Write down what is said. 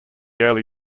early